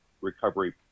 recovery